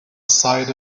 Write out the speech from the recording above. side